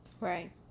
Right